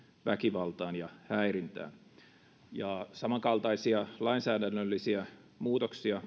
väkivaltaan ja häirintään samankaltaisia lainsäädännöllisiä muutoksia